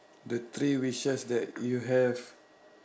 the three wishes that you have